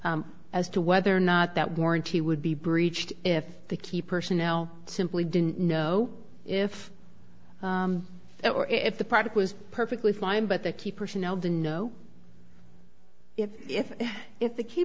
t as to whether or not that warranty would be breached if the key personnel simply didn't know if it were if the park was perfectly fine but the key personnel didn't know if if the key